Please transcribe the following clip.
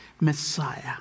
Messiah